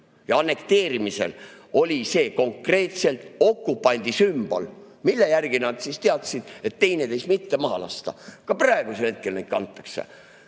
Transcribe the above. ja annekteerimisel oli see konkreetselt okupandi sümbol, mille järgi nad teadsid, et teineteist mitte maha lasta. Ka praegu neid kantakse.